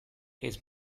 his